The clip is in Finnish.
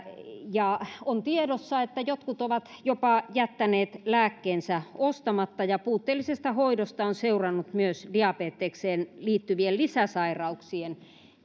on tiedossa että jotkut ovat jopa jättäneet lääkkeensä ostamatta ja puutteellisesta hoidosta on seurannut myös diabetekseen liittyvien lisäsairauksien